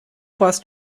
warst